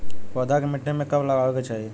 पौधा के मिट्टी में कब लगावे के चाहि?